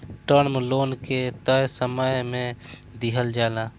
term loan के तय समय में दिहल जाला